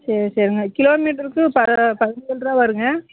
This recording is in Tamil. சரி சரிங்க கிலோமீட்டருக்கு ப பதினேழுரூவா வருங்க